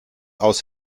aus